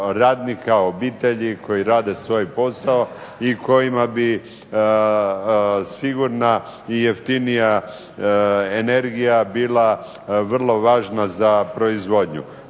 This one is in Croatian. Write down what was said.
obitelji koji rade svoj posao, i kojima bi sigurna i jeftinija energija bila vrlo važna za proizvodnju.